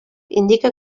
indica